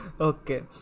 Okay